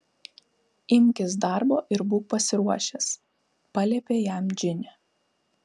imkis darbo ir būk pasiruošęs paliepė jam džinė